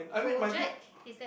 go jack is that